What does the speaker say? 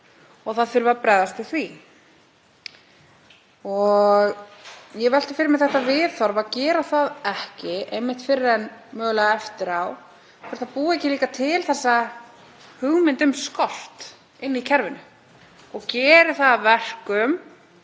og bregðast þurfi við því. Ég velti fyrir mér því viðhorfi að gera það ekki einmitt fyrr en mögulega eftir á, hvort það búi ekki líka til þessa hugmynd um skort inni í kerfinu og geri það að verkum